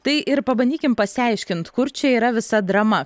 tai ir pabandykim pasiaiškint kur čia yra visa drama